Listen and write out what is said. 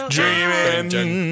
Dreaming